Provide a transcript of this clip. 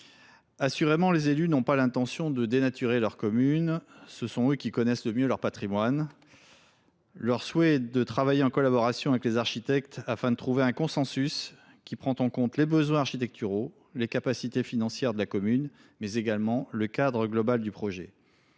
Assurément, les élus n’ont pas l’intention de dénaturer leur commune, et ce sont eux qui connaissent le mieux leur patrimoine. Leur souhait est de travailler en collaboration avec les architectes afin de trouver un consensus qui prenne en compte les besoins architecturaux, les capacités financières de la commune, mais également le cadre global du projet.